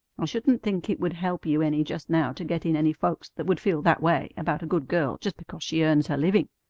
i shouldn't think it would help you any just now to get in any folks that would feel that way about a good girl just because she earns her living.